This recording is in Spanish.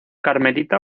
carmelita